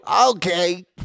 okay